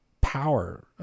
power